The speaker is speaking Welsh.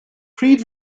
pryd